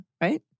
right